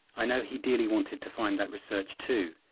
i know he dearly wanted to find that research too,